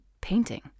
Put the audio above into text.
painting